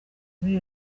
muri